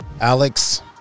alex